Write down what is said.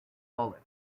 bullock